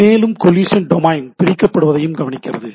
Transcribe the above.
மேலும் collision domain பிரிக்கப்படுவதையும் கவனிக்கிறது